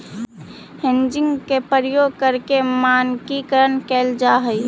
hedging के प्रयोग करके मानकीकरण कैल जा हई